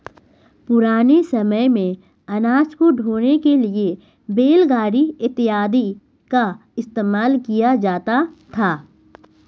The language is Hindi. पुराने समय मेंअनाज को ढोने के लिए बैलगाड़ी इत्यादि का इस्तेमाल किया जाता था